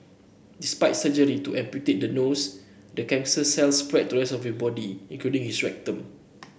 despite surgery to amputate the nose the cancer cells spread to the rest of your body including his rectum